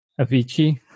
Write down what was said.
Avicii